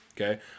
Okay